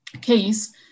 case